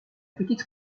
petite